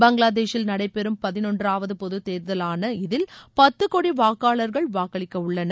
பங்களாதேஷில் நடைபெறும் பதினொன்றாவது பொதுத்தேர்தலான இதில் பத்து கோடி வாக்காளர்கள் வாக்களிக்க உள்ளனர்